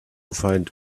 find